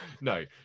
No